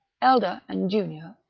elder and junior,